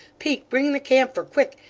peak, bring the camphor, quick!